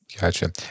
Gotcha